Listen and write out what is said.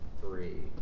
Three